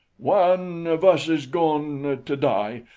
one of us is goin' to die.